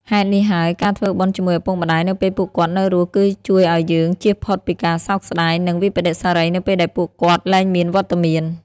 ហេតុនេះហើយ ការធ្វើបុណ្យជាមួយឪពុកម្តាយនៅពេលពួកគាត់នៅរស់ គឺជួយឲ្យយើងចៀសផុតពីការសោកស្តាយ និងវិប្បដិសារីនៅពេលដែលពួកគាត់លែងមានវត្តមាន។